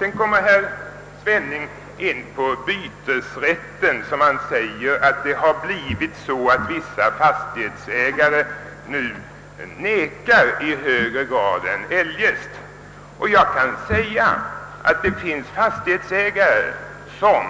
Herr Svenning gick också in på bytesrätten och sade att vissa fastighetsägare nu i större utsträckning än eljest vägrar byten. Ja, jag kan säga att det finns fastighetsägare som